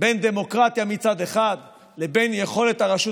בין דמוקרטיה מצד אחד לבין יכולת הרשות